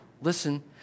Listen